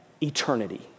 eternity